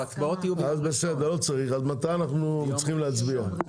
מתי אנחנו צריכים להצביע?